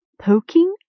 poking